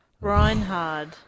Reinhard